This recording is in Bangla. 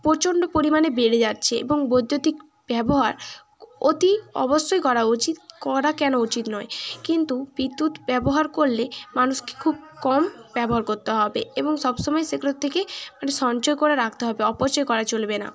প্রচণ্ড পরিমাণে বেড়ে যাচ্ছে এবং বৈদ্যুতিক ব্যবহার অতি অবশ্যই করা উচিত করা কেন উচিত নয় কিন্তু বিদ্যুৎ ব্যবহার করলে মানুষকে খুব কম ব্যবহার করতে হবে এবং সবসময় সেগুলোর থেকে মানে সঞ্চয় করে রাখতে হবে অপচয় করা চলবে না